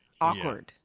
Awkward